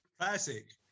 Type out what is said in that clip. Classic